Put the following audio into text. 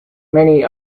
many